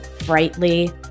brightly